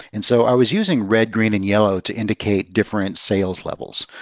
and so i was using red, green, and yellow to indicate different sales levels.